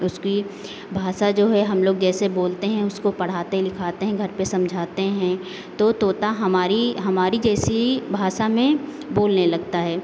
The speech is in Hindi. उसकी भाषा जो है हम लोग जैसे बोलते हैं उसको पढ़ाते लिखाते हैं घर पे समझाते हैं तो तोता हमारी हमारी जैसी भाषा में बोलने लगता है